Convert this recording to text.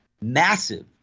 massive